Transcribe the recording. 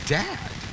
dad